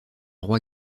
roi